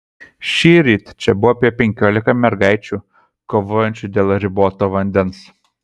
šįryt čia buvo apie penkiolika mergaičių kovojančių dėl riboto vandens